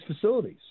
facilities